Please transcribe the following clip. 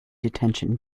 detention